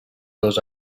dos